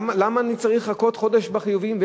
למה אני צריך לחכות חודש בחיובים?